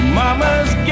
mama's